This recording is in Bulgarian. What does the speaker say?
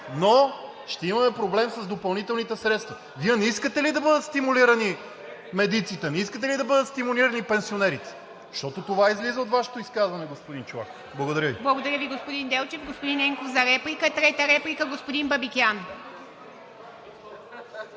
но ще имаме проблем с допълнителните средства. Вие не искате ли да бъдат стимулирани медиците? Не искате ли да бъдат стимулирани пенсионерите? Защото това излиза от Вашето изказване, господин Чолаков. Благодаря Ви. ПРЕДСЕДАТЕЛ ИВА МИТЕВА: Благодаря Ви, господин Делчев. Господин Ненков, за реплика. Трета реплика, господин Бабикян.